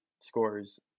scores